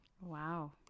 Wow